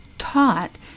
taught